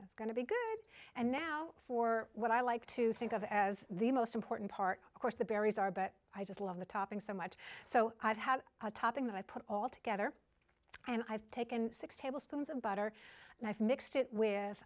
that's going to be good and now for what i like to think of as the most important part of course the berries are but i just love the topping so much so i've had a topping that i put all together and i've taken six tablespoons of butter and i've mixed it with